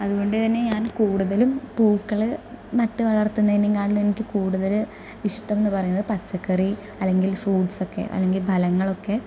അതുകൊണ്ട് തന്നെ ഞാൻ കൂടുതലും പൂക്കൾ നട്ടുവളത്തുന്നതിനെങ്കാട്ടും എനിക്ക് കൂടുതൽ ഇഷ്ടം എന്ന് പറയുന്നത് പച്ചക്കറി അല്ലെങ്കിൽ ഫ്രൂട്ട്സ് ഒക്കെ അല്ലെങ്കിൽ ഫലങ്ങളൊക്കെ